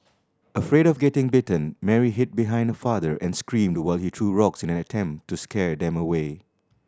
afraid of getting bitten Mary hid behind her father and screamed while he threw rocks in an attempt to scare them away